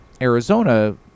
Arizona